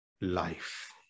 life